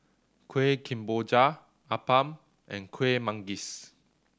Kuih Kemboja appam and Kueh Manggis